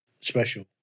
special